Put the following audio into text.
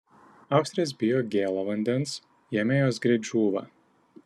austrės bijo gėlo vandens jame jos greit žūva